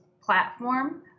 platform